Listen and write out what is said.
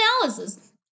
analysis